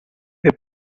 they